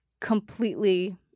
completely